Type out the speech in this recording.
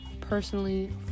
personally